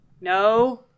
No